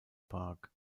park